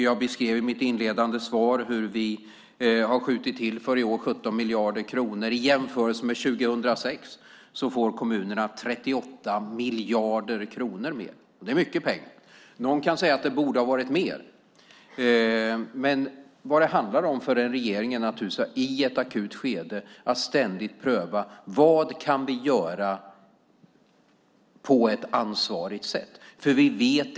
Jag beskrev i mitt inledande svar hur vi i år har skjutit till 17 miljarder kronor. Jämfört med 2006 får kommunerna 38 miljarder kronor mer. Det är mycket pengar. Någon kan säga att det borde ha varit mer. Men i ett akut skede måste en regering ständigt pröva vad man kan göra på ett ansvarsfullt sätt.